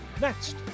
Next